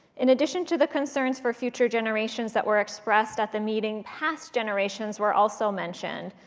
in addition to the concerns for future generations that were expressed at the meeting, past generations were also mentioned.